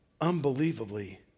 unbelievably